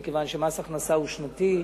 מכיוון שמס ההכנסה הוא שנתי,